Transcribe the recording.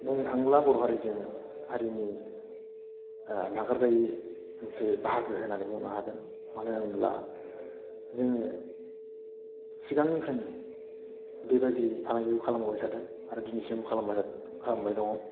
बुंनो थाङोब्ला बर' हारिजों हारिनि नागारजायै मोनसे बाहागो होननानै बुंनो हागोन मानो होमब्ला जोङो सिगांनिफ्रायनो बेबायदि फालांगिखौ खालामबोबाय थादों आरो दिनैसिम खालामबाय दङ